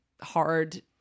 hard